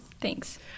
Thanks